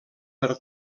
per